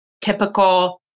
typical